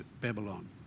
Babylon